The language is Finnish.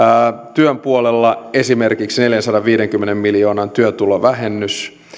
työn puolella on esimerkiksi neljänsadanviidenkymmenen miljoonan työtulovähennys